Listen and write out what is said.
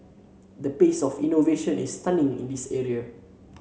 the pace of innovation is stunning in this area